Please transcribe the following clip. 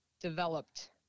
developed